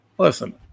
Listen